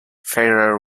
ferrer